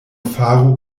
faru